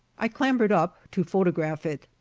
i clambered up, to photograph it.